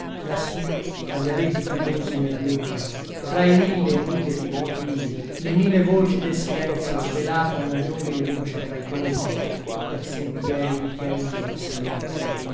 lassù tra gli abeti fumosi nella nebbia tra i mille e mille ticchiettìi le mille voci del silenzio svelata una giovine luce tra i tronchi per sentieri di chiarìe salivo